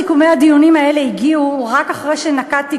סיכומי הדיונים האלה הגיעו רק אחרי שנקטתי,